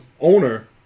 owner